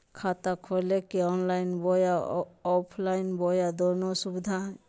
खाता खोले के ऑनलाइन बोया ऑफलाइन बोया दोनो सुविधा है?